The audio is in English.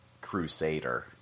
Crusader